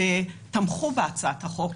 להבנתנו הנוסח של הצעת החוק